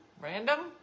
Random